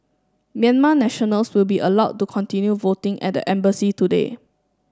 Myanmar nationals will be allowed to continue voting at the embassy today